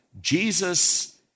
Jesus